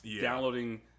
downloading